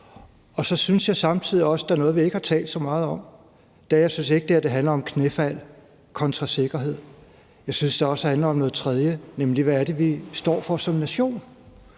nu. Så synes jeg samtidig også, at der er noget, som vi ikke har talt så meget om, og det er, at jeg ikke synes, at det her handler om et knæfald kontra sikkerheden, men at det handler om noget tredje, nemlig hvad det er, vi som nation